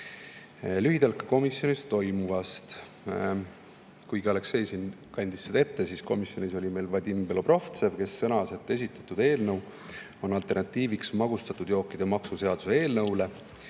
sai. Lühidalt komisjonis toimunust. Kuigi siin kandis eelnõu ette Aleksei, siis komisjonis oli meil Vadim Belobrovtsev, kes sõnas, et esitatud eelnõu on alternatiiv magustatud jookide maksu seaduse eelnõule.